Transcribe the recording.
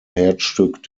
herzstück